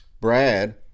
Brad